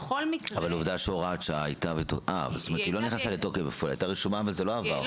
אבל הוראת שעה הייתה רשומה וזה לא עבר.